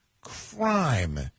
crime